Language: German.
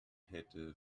hätte